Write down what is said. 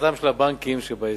והפרטתם של הבנקים שבהסדר.